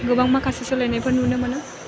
गोबां माखासे सोलायनायफोर नुनो मोनो